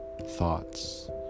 thoughts